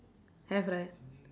have right